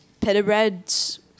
pita-breads